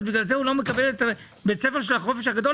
הוא לא מקבל בית ספר של החופש הגדול?